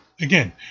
again